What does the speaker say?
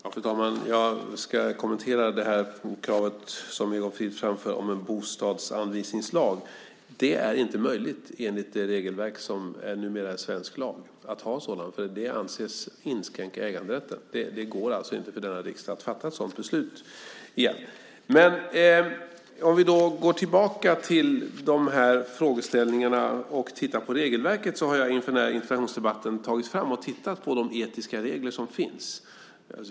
Fru talman! Jag ska kommentera det krav som Egon Frid framför om en bostadsanvisningslag. Det är inte möjligt, enligt det regelverk som numera är svensk lag, att ha en sådan. Det anses inskränka äganderätten. Det går alltså inte för denna riksdag att fatta ett sådant beslut. Men vi kan då gå tillbaka till de här frågeställningarna och titta på regelverket. Jag har inför den här interpellationsdebatten tagit fram och tittat på de etiska regler som finns.